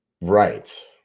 Right